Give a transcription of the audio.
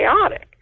chaotic